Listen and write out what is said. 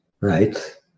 right